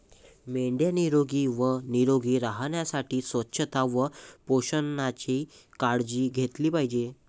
मेंढ्या निरोगी व निरोगी राहण्यासाठी स्वच्छता व पोषणाची काळजी घेतली पाहिजे